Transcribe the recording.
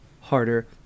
harder